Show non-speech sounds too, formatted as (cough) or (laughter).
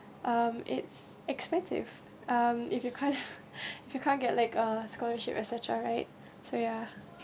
um it's expensive um if you can't (laughs) if you can't get like a scholarship etcetera right so ya